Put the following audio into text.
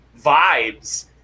vibes